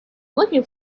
looking